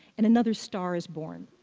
and another star is born.